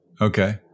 Okay